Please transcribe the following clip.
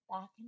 back